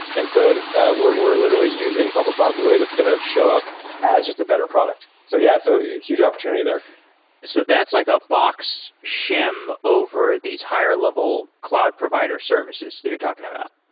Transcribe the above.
and so we're we're literally using public cloud and way that's going to show up as just a better product. so, yeah yeah, a huge opportunity there so that's like a box shim over these higher level cloud provider services that you're talking about.